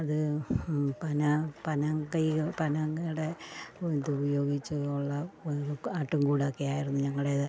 അത് പന പനങ്കൈ പനങ്ങടെ ഇത് ഉപയോഗിച്ച് ഉള്ള ആട്ടിൻ കൂടൊക്കെയായിരുന്നു ഞങ്ങളുടേത്